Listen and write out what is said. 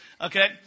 Okay